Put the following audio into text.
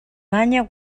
banya